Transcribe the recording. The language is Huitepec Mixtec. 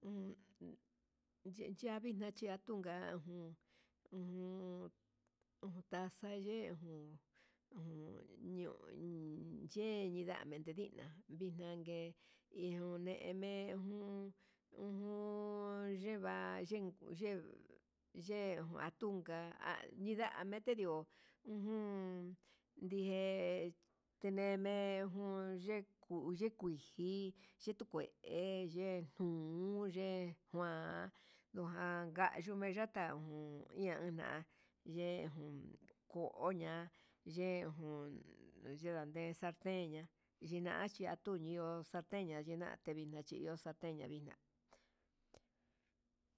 Uun yeyavii unka atunka uun ujun taza ye ujun ño'o ujun yé, nindan tendinaá vixname he nguu ndeme'e ujun yeva'a yinko yen ye atunka nindame tendió ujun ndiye chineme jun yiko yikui yindoké ye jun ye kuan ajan yuu meyata jun iha na ye jun koña ye jun yandande salten ña'a yinachi atundio saltenña yena tevixna chi ihó salten vixna.